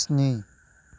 स्नि